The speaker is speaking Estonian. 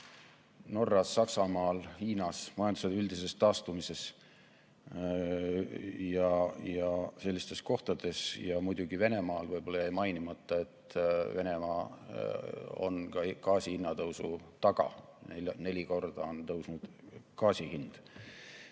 Norras, Saksamaal, Hiinas, majanduse üldises taastumises ja sellistes kohtades, ja muidugi Venemaal. Võib-olla jäi mainimata, et Venemaa on ka gaasi hinna tõusu taga, neli korda on tõusnud gaasi hind.